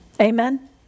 Amen